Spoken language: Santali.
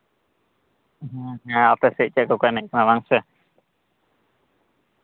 ᱦᱮᱸ ᱦᱮᱸ ᱟᱯᱮ ᱥᱮᱫ ᱪᱮᱫ ᱠᱚᱠᱚ ᱮᱱᱮᱡ ᱠᱟᱱᱟ ᱵᱟᱝ ᱥᱮ